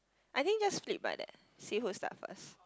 I think just split by that see who start first